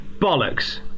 bollocks